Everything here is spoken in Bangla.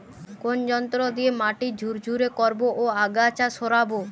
কোন যন্ত্র দিয়ে মাটি ঝুরঝুরে করব ও আগাছা সরাবো?